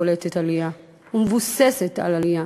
שקולטת עלייה ומבוססת על עלייה.